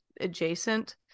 adjacent